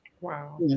Wow